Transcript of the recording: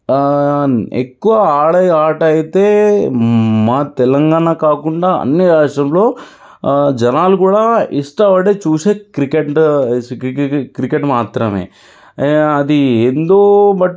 ఎక్కువ ఆడే ఆట అయితే మా తెలంగాణ కాకుండా అన్ని రాష్ట్రంలో జనాలు కూడా ఇష్టపడి చూసే క్రికెట్ క్రికెట్ మాత్రమే అది ఎందో బట్